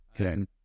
Okay